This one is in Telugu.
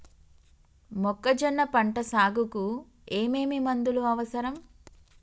మొక్కజొన్న పంట సాగుకు ఏమేమి మందులు అవసరం?